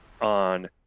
on